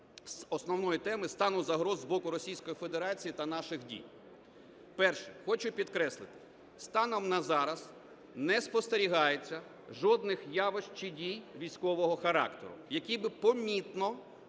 основної теми – стану загроз з боку Російської Федерації та наших дій. Перше. Хочу підкреслити, станом на зараз не спостерігається жодних явищ чи дій військового характеру, які б помітно